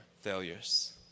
failures